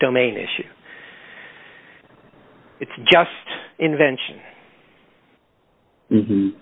domain issue it's just invention